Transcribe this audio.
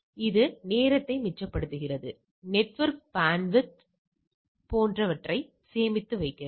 எனவே இது நேரத்தை மிச்சப்படுத்துகிறது நெட்வொர்க் பான்ட் வித் ஐ சேமிக்கிறது